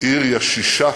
עיר ישישה,